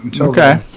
Okay